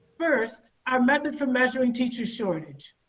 first, our method for measuring teacher shortage.